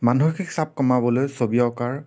মানসিক ছাপ কমাবলৈ ছবি অঁকাৰ